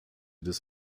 des